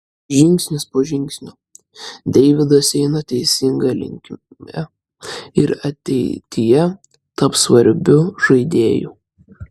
žingsnis po žingsnio deividas eina teisinga linkme ir ateityje taps svarbiu žaidėju